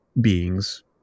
beings